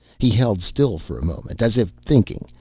he held still for a moment, as if thinking,